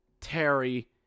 Terry